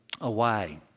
away